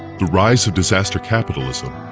the rise of disaster capitalism,